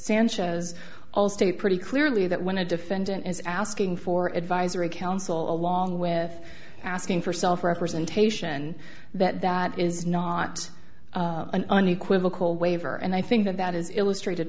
sanchez all state pretty clearly that when a defendant is asking for advisory council along with asking for self representation that that is not an unequivocal waiver and i think that that is illustrated